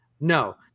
no